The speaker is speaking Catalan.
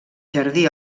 jardí